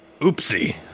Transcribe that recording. oopsie